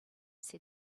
said